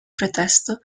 pretesto